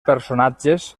personatges